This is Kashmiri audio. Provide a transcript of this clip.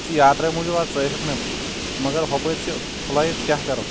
یہِ چھُ یاترا موجوٗب آز ٹریفک نا مگر ہۄپٲرۍ چھِ فلایٹ کیٛاہ کرو